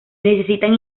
necesitan